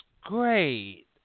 great